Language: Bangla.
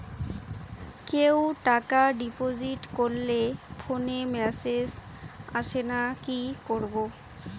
কেউ টাকা ডিপোজিট করলে ফোনে মেসেজ আসেনা কি করবো?